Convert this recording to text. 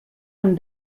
amb